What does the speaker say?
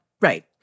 Right